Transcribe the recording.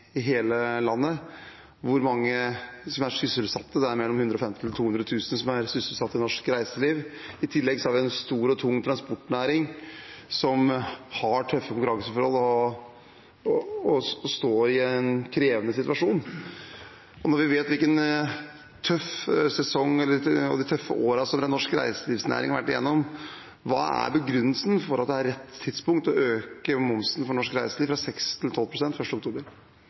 hele landet, og hvor mange som er sysselsatt der. Det er 150 000–200 000 som er sysselsatt i norsk reiseliv. I tillegg har vi en stor og tung transportnæring som har tøffe konkurranseforhold og står i en krevende situasjon. Når vi vet hvilken tøff sesong, de tøffe årene, som norsk reiselivsnæring har vært igjennom, hva er begrunnelsen for at 1. oktober er rett tidspunkt for å øke momsen for norsk reiseliv, fra 6 til